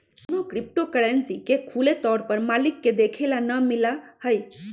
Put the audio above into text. कौनो crypto currency के खुले तौर पर मालिक के देखे ला ना मिला हई